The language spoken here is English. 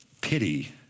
pity